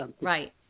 right